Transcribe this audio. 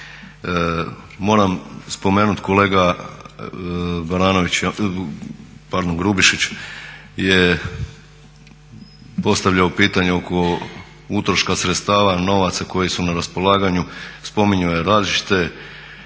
Moram spomenuti kolega Baranović, pardon Grubišić, je postavljao pitanje oko utroška sredstava novaca koji su na raspolaganju, spominjao je različita